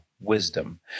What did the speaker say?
wisdom